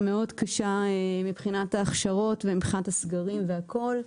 מאוד קשה מבחינת ההכשרות ומבחינת הסגרים והכל.